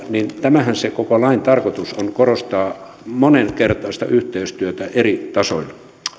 tämähän se koko lain tarkoitus on korostaa monenkertaista yhteistyötä eri tasoilla